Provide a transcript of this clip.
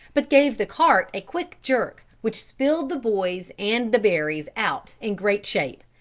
but gave the cart a quick jerk, which spilled the boys and the berries out in great shape,